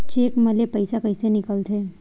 Cheque म ले पईसा कइसे निकलथे?